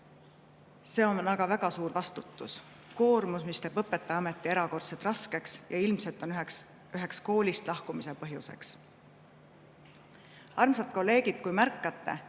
See on väga-väga suur vastutus, koormus, mis teeb õpetajaameti erakordselt raskeks ja ilmselt on üheks koolist lahkumise põhjuseks. Armsad kolleegid, ehk olete